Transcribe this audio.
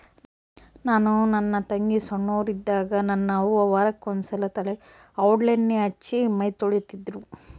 ನಾನು ನನ್ನ ತಂಗಿ ಸೊಣ್ಣೋರಿದ್ದಾಗ ನನ್ನ ಅವ್ವ ವಾರಕ್ಕೆ ಒಂದ್ಸಲ ತಲೆಗೆ ಔಡ್ಲಣ್ಣೆ ಹಚ್ಚಿ ಮೈತೊಳಿತಿದ್ರು